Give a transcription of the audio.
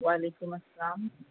وعلیکم السّلام